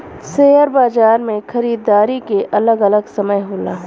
share बाजार मे खरीदारी के अलग अलग समय होला